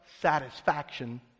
satisfaction